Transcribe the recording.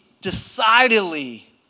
decidedly